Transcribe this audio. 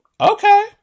okay